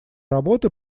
работы